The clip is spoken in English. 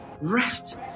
rest